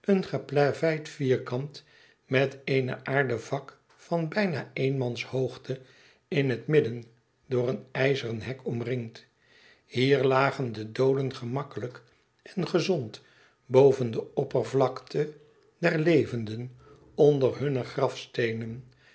geplaveid vierkant meteen aarden vak van bijna een mans hoogte in het midden door een ijzeren hek omringd hier lagen de dooden gemakkelijk en gezond boven de oppervlakte der levenden onder hunne grafsteenen